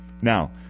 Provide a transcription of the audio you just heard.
Now